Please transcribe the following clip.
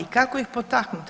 I kako ih potaknut?